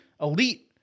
Elite